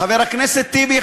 חבר הכנסת טיבי,